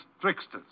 tricksters